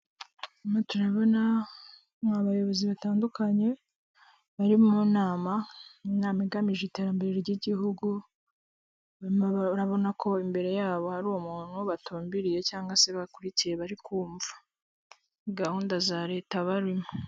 Turimo turabona ni abayobozi batandukanye bari mu nama, inama igamije iterambere ry'igihugu urimo urabona ko imbere yabo hari umuntu batumbiriye cyangwa se bakurikiye bari kumva, ni gahunda za leta barimo.